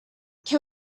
can